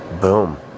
Boom